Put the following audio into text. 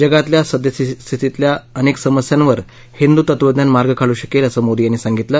जगातल्या सद्यस्थितीतल्या अनेक समस्यांवर हिंदू तत्वज्ञान मार्ग काढू शकेल असं मोदी यांनी सांगितलं